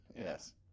Yes